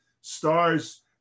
stars